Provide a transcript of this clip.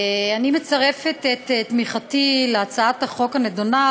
אני מצרפת את תמיכתי להצעת החוק הנדונה,